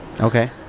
Okay